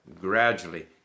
gradually